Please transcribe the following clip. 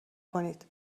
کنید